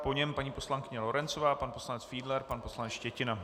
Po něm paní poslankyně Lorencová, pan poslanec Fiedler, pan poslanec Štětina.